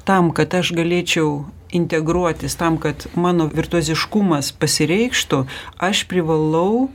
tam kad aš galėčiau integruotis tam kad mano virtuoziškumas pasireikštų aš privalau